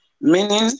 meaning